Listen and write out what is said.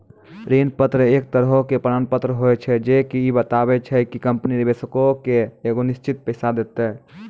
ऋण पत्र एक तरहो के प्रमाण पत्र होय छै जे की इ बताबै छै कि कंपनी निवेशको के एगो निश्चित पैसा देतै